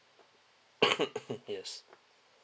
yes